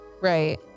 Right